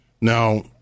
Now